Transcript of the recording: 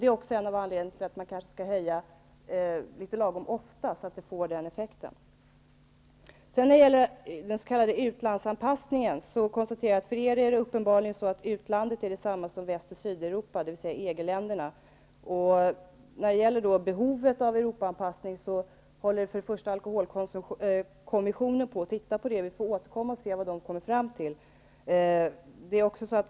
Det är också en av anledningarna till att man skall höja lagom ofta, så att det får den effekten. När det gäller den s.k. utlandsanpassningen vill jag konstatera att utlandet för er uppenbarligen är detsamma som Väst och Sydeuropa, dvs. EG länderna. Alkoholkommissionen håller på att studera behovet av en Europaanpassning. Vi får återkomma och se vad kommissionen kommer fram till.